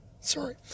Sorry